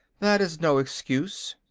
that is no excuse,